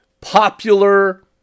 popular